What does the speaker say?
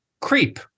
creep